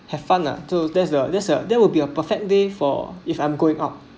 have fun lah so that's the that's the there would be a perfect day for if I'm going out